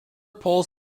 pulls